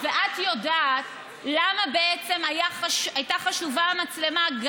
ואת יודעת למה בעצם הייתה חשובה המצלמה?